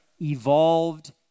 evolved